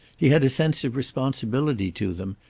he had a sense of responsibility to them,